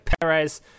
Perez